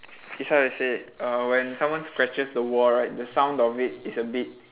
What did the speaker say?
it's how they say uh when someone scratches the wall right the sound of it is a bit